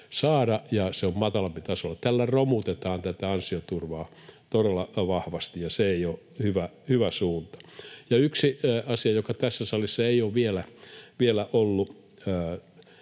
ja se on matalammalla tasolla. Tällä romutetaan tätä ansioturvaa todella vahvasti, ja se ei ole hyvä suunta. Yksi asia, joka tässä salissa ei ole vielä ollut: